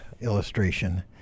illustration